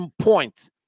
point